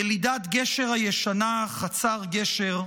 ילידת גשר הישנה, חצר גשר,